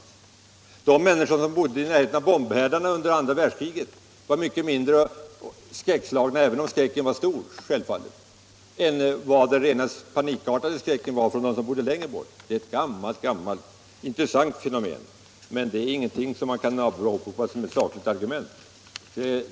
Skräcken hos de människor som bodde nära bombhärdarna under andra världskriget var — ehuru tillräckligt stor i och för sig — mycket mindre än den rent panikartade skräcken hos 83 Detta är som sagt ett gammalt intressant fenomen. Men det är ingenting som man kan åberopa som sakligt argument.